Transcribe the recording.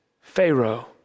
Pharaoh